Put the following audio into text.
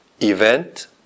event